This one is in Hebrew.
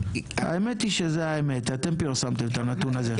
האמת היא שזו האמת, אתם פרסמתם את הנתון הזה.